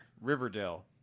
Riverdale